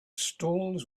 stalls